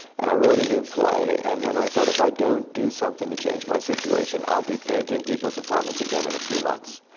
and i wrote a new play. and then i thought, if i don't do something to change my situation, i'll be painting people's apartments again in a few months.